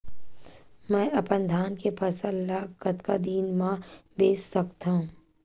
मैं अपन धान के फसल ल कतका दिन म बेच सकथो?